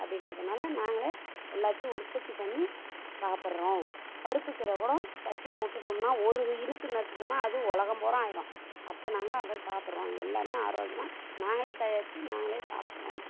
அப்படின்றதுனால நாங்களோ எல்லாத்தையும் உற்பத்தி பண்ணி சாப்பிட்றோம் பருப்புக்கீரைகூட சட்டியில் விட்டுட்டோம்னா ஒரு இணுக்கு நட்டுட்டோம்னால் அது உலகம் பூரா ஆயிடும் அத நாங்கள் அதை சாப்பிட்றோம் எல்லாமே ஆரோக்கியமாக நாங்களே தயாரிச்சு நாங்களே சாப்பிட்றோம்